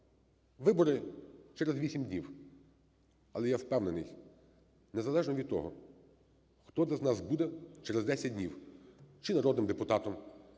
Вибори через 8 днів. Але я впевнений, незалежно від того, хто де з нас буде через 10 днів: чи народним депутатом,